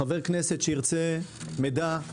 חבר כנסת שירצה מידע,